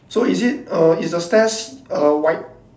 so is it uh is the stairs uh white